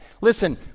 Listen